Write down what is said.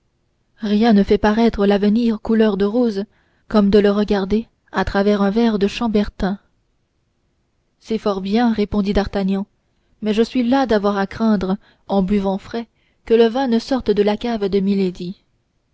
rien ne fait paraître l'avenir couleur de rose comme de le regarder à travers un verre de chambertin c'est fort bien répondit d'artagnan mais je suis las d'avoir à craindre en buvant frais que le vin ne sorte de la cave de